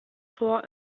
tor